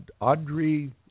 Audrey